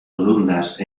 columnas